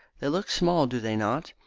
they look small, do they not?